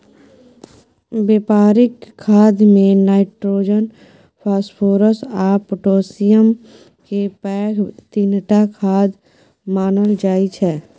बेपारिक खादमे nitrogen, phosphorus आ पोटाशियमकेँ पैघ तीनटा खाद मानल जाइ छै